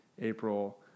April